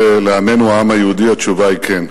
לעמנו, העם היהודי, התשובה היא כן,